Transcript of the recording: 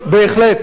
בהחלט.